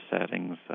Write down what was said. settings